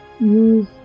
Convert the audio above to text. use